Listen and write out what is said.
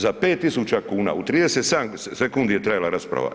Za 5.000 kuna, u 37 sekundi je trajala rasprava.